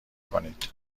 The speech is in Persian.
کنید